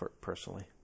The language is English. personally